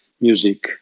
music